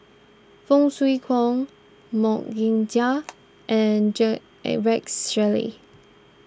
Foo Kwee Horng Mok Ying Jang and J Rex Shelley